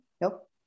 nope